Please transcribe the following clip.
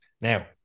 now